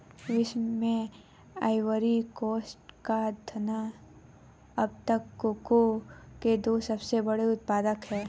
विश्व में Ivory Coast और घना अब तक कोको के दो सबसे बड़े उत्पादक है